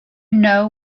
know